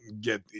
get